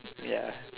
ya